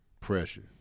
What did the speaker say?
pressure